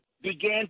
began